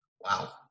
wow